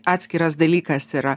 atskiras dalykas yra